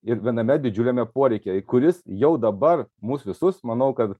ir viename didžiuliame poreikyje kuris jau dabar mus visus manau kad